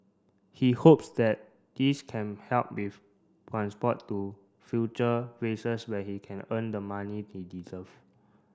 he hopes that this can help with transport to future races where he can earn the money he deserve